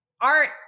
art